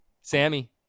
sammy